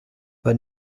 but